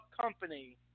Company